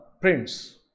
prints